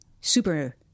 super